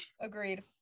Agreed